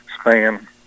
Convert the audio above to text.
span